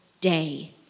day